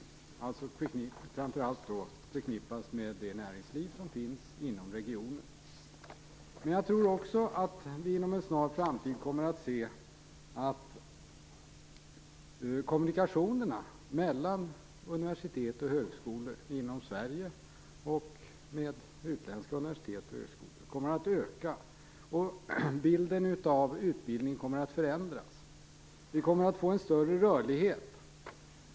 De kommer alltså att framför allt förknippas med det näringsliv som finns inom regionen. Men jag tror också att vi inom en snar framtid kommer att se att kommunikationerna mellan universitet och högskolor inom Sverige och med utländska universitet och högskolor kommer att öka. Bilden av utbildningen kommer att förändras. Vi kommer att få en större rörlighet.